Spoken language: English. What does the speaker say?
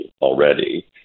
already